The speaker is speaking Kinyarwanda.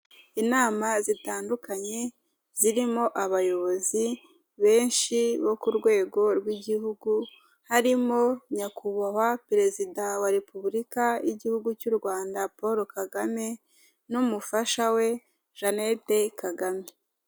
Inama zitandukanye zirimo abayobozi benshi bo ku rwego rw'igihugu harimo nyakubahwa perezida wa Repubulika y'igihugu cy'u Rwanda Paul Kagame n'umufasha we Jeanette Kagame.